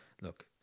look